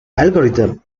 algorithm